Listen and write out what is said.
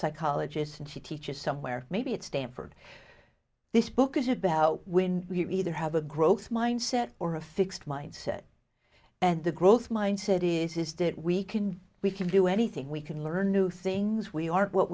psychologist and she teaches somewhere maybe at stanford this book is about when you either have a growth mindset or a fixed mindset and the growth mindset is that we can we can do anything we can learn new things we aren't what